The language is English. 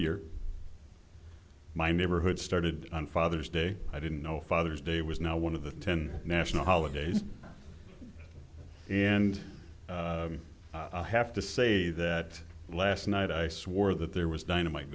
year my neighborhood started on father's day i didn't know father's day was now one of the ten national holidays and i have to say that last night i swore that there was dynamite